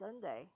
Sunday